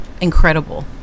incredible